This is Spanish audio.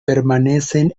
permanecen